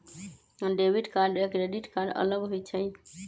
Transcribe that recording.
Debit card या credit card अलग होईछ ई?